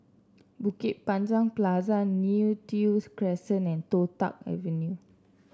Bukit Panjang Plaza Neo Tiew Crescent and Toh Tuck Avenue